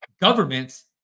governments